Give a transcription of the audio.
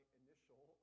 initial